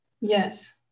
yes